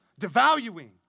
devaluing